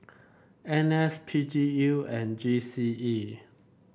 N S P G U and G C E